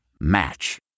Match